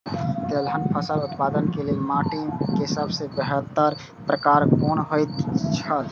तेलहन फसल उत्पादन के लेल माटी के सबसे बेहतर प्रकार कुन होएत छल?